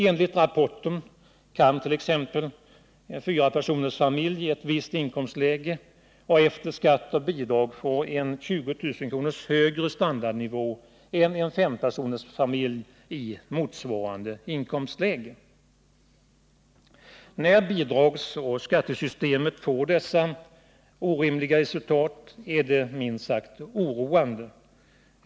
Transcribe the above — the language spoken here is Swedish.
Enligt riksrevisionsverkets rapport kan t.ex. en fyrapersonersfamilj i ett visst inkomstläge efter skatt och med hänsyn tagen till bidrag få en standardnivå som ligger 20000 kr. högre än en fempersonersfamilj i motsvarande inkomstläge. När bidragsoch skattesystemet får sådana orimliga konsekvenser är det minst sagt oroande.